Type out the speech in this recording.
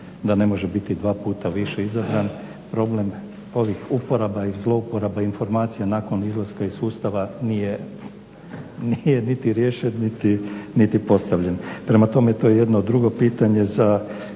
da ne može biti dva puta više izabran problem ovih uporaba i zlouporaba informacija nakon izlaska iz sustava nije niti riješen niti postavljen. Prema tome, to je jedno drugo pitanje za